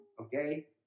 okay